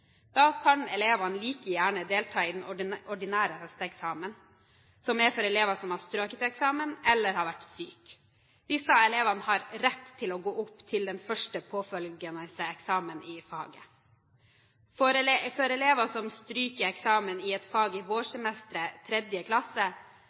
Da kan elevene like gjerne delta i den ordinære høsteksamen, som er for elever som har strøket til eksamen eller har vært syke. Disse elevene har rett til å gå opp til den første påfølgende eksamen i faget. For elever som stryker til eksamen i et fag i